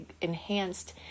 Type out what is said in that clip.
enhanced